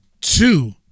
two